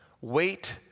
Wait